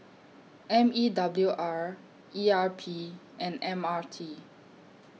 M E W R E R P and M R T